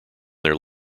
their